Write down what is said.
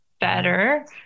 better